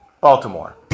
Baltimore